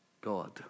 God